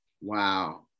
Wow